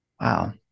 Wow